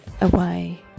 away